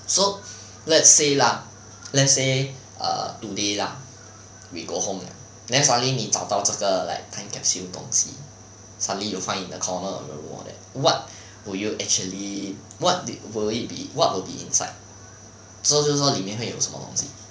so let's say lah let's say err today lah we go home then suddenly 你找到这个 like time capsule 东西 suddenly you find in the corner of the wall that what will you actually what did will it be what will be inside so 就是说里面会有什么东西